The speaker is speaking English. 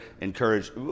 Encourage